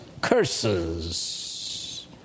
curses